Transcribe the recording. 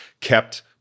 kept